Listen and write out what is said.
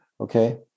okay